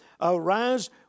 Arise